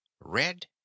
Red